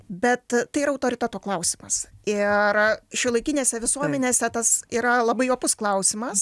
bet tai yra autoriteto klausimas ir šiuolaikinėse visuomenėse tas yra labai opus klausimas